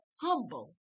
humble